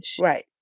right